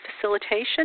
facilitation